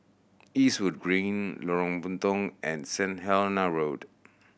Eastwood Green Lorong Puntong and Saint Helena Road